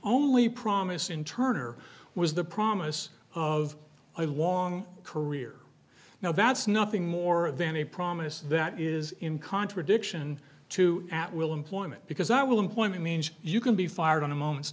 only promise in turner was the promise of a long career now that's nothing more than a promise that is in contradiction to at will employment because i will employment means you can be fired on a moment's